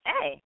hey